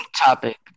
topic